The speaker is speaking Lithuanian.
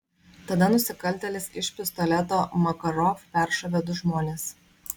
tada nusikaltėlis iš pistoleto makarov peršovė du žmones